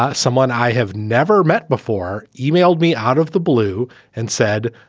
ah someone i have never met before emailed me out of the blue and said,